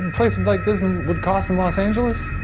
places like this and would cost in los angeles?